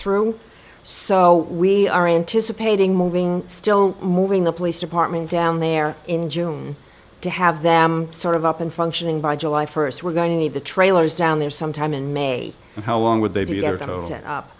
through so we are anticipating moving still moving the police department down there in june to have them sort of up and functioning by july first we're going to need the trailers down there sometime in may how long would they be